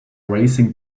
racing